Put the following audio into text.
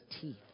teeth